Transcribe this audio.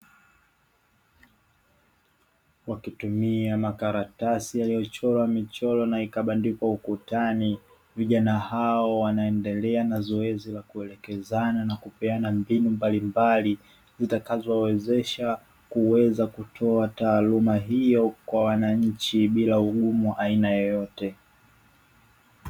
Wakitumia makaratasi yaliyochorwa michoro na ikabandikwa ukutani, vijana hao wanaendelea na zoezi la kuelekezana na kupeana mbinu mbalimbali; zitakazowawezesha kuweza kutoa taaluma hiyo kwa wananchi bila ugumu wa aina yoyote.